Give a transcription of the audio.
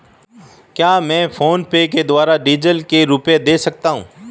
क्या मैं फोनपे के द्वारा डीज़ल के रुपए दे सकता हूं?